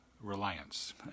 reliance